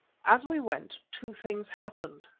as we went, two things happened.